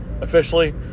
officially